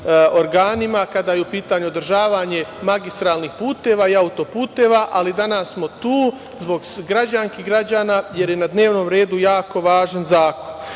organima kada je u pitanju održavanje magistralnih puteva i auto-puteva. Danas smo tu zbog građanki i građana, jer je na dnevnom redu jedan jako važan zakon